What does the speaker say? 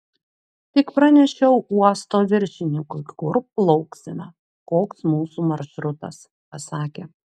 tik pranešiau uosto viršininkui kur plauksime koks mūsų maršrutas pasakė